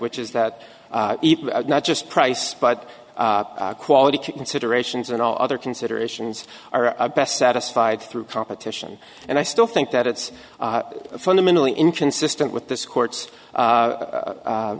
which is that not just price but quality considerations and all other considerations are best satisfied through competition and i still think that it's fundamentally inconsistent with this court